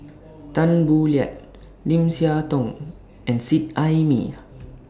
Tan Boo Liat Lim Siah Tong and Seet Ai Mee